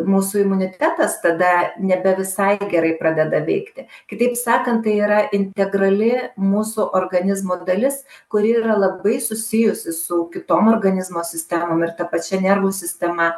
mūsų imunitetas tada nebe visai gerai pradeda veikti kitaip sakant tai yra integrali mūsų organizmo dalis kuri yra labai susijusi su kitom organizmo sistemom ir ta pačia nervų sistema